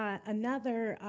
um another,